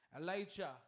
Elijah